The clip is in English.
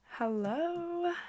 Hello